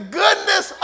goodness